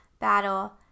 battle